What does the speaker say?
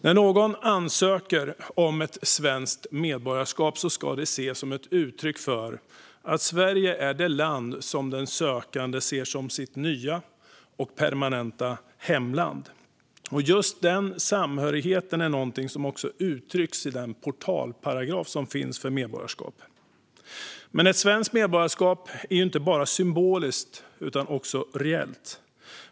När någon ansöker om ett svenskt medborgarskap ska det ses som ett uttryck för att Sverige är det land som den sökande ser som sitt nya och permanenta hemland. Just den samhörigheten är något som också uttrycks i den portalparagraf som finns för medborgarskap. Men ett svenskt medborgarskap är inte bara symboliskt utan också reellt.